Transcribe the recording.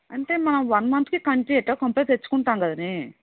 అంటే మనం వన్ మంత్కి తెచ్చుకుంటాము కదనే